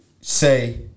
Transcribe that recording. say